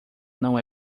não